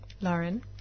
Lauren